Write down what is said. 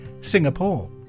Singapore